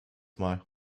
mal